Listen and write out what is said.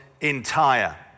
entire